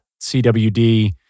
CWD